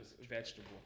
vegetable